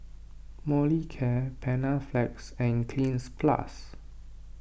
Molicare Panaflex and Cleanz Plus